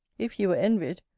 if you were envied,